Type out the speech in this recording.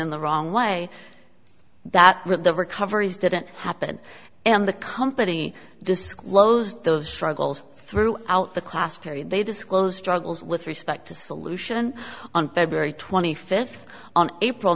in the wrong way that the recoveries didn't happen and the company disclosed those struggles throughout the class period they disclose struggles with respect to solution on february twenty fifth on april